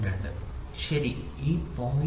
02 ശരി ഈ 0